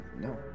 no